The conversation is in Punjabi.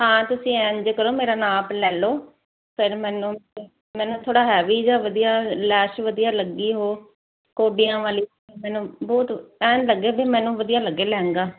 ਹਾਂ ਤੁਸੀਂ ਇੰਜ ਕਰੋ ਮੇਰਾ ਨਾਪ ਲੈ ਲਓ ਫਿਰ ਮੈਨੂੰ ਮੈਨੂੰ ਥੋੜਾ ਹੈਵੀ ਜਾ ਵਧੀਆ ਲੈਸ ਵਧੀਆ ਲੱਗੀ ਹੋ ਕੋਡੀਆਂ ਵਾਲੀ ਮੈਨੂੰ ਬਹੁਤ ਐਂ ਲੱਗੇ ਵੀ ਮੈਨੂੰ ਵਧੀਆ ਲੱਗੇ ਲਹਿੰਗਾ